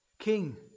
king